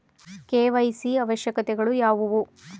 KYC ಅವಶ್ಯಕತೆಗಳು ಯಾವುವು?